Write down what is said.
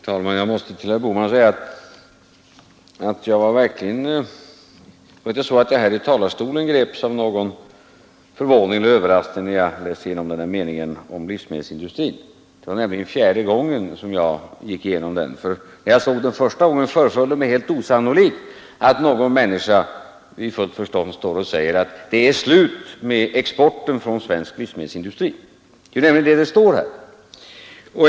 Herr talman! Jag måste säga till herr Bohman att det var inte här i talarstolen som jag greps av överraskning när jag läste meningen om livsmedelsindustrin. Det var nämligen fjärde gången som jag gick igenom den, eftersom det vid första anblicken föreföll mig helt osannolikt att någon människa vid fullt förstånd skulle stå och säga att det är slut med exporten från svensk livsmedelsindustri. Det är nämligen vad meningen innebär.